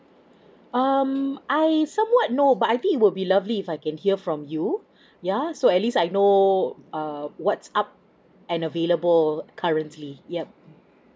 um I somewhat know but I think it would be lovely if I can hear from you yeah so at least I know err what's up and available currently yup